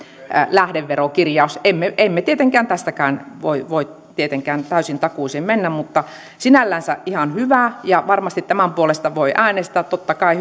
lähdeverokirjaus emme tietenkään tästäkään voi voi täysin takuuseen mennä mutta sinällänsä ihan hyvä ja varmasti tämän puolesta voi äänestää totta kai